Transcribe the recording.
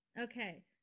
Okay